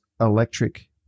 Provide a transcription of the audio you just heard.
electric